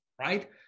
right